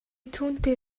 түүнтэй